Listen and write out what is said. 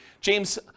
James